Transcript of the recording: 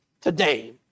today